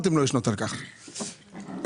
יושב ראש הוועדה,